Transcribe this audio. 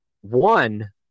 one